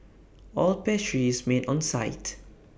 all pastry is made on site